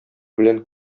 белән